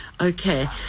Okay